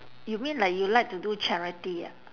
you mean like you like to do charity ah